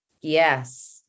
Yes